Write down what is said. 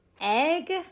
egg